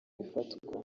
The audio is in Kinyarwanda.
bifatwa